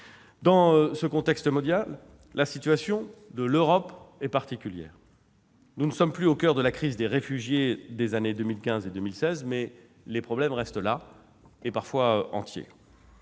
Dans ce contexte mondial, la situation de l'Europe est particulière. Nous ne sommes plus au coeur de la crise des réfugiés des années 2015 et 2016. Mais les problèmes restent là ; ils sont parfois entiers.